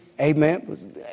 Amen